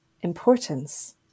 importance